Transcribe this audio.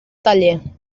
taller